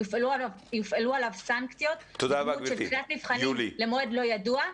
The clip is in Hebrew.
יופעלו עליו סנקציות בדמות של דחיית מבחנים למועד לא ידוע,